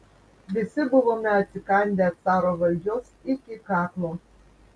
visi buvome atsikandę caro valdžios iki kaklo